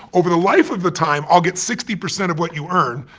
over the life of the time. i'll get sixty percent of what you earn,